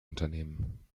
unternehmen